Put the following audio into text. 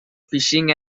fishing